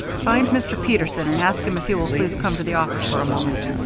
find mr. peterson and ask him if he will please come to the office for a moment.